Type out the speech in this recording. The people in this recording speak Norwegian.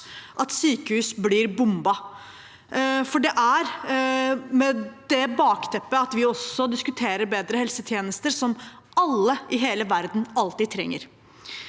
at sykehus blir bombet. For det er også med det bakteppet vi diskuterer bedre helsetjenester, som alle i hele verden alltid trenger.